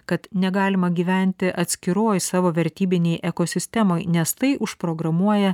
kad negalima gyventi atskiroj savo vertybinėj ekosistemoj nes tai užprogramuoja